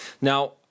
Now